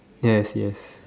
yes yes